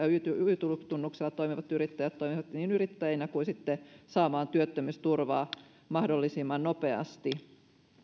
y tunnuksella toimivat yrittäjät pystyisivät niin toimimaan yrittäjinä kuin sitten saamaan työttömyysturvaa mahdollisimman nopeasti